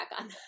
on